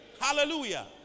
Hallelujah